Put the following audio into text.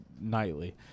nightly